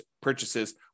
purchases